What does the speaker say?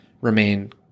remain